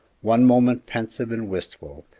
one moment pensive and wistful,